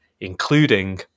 including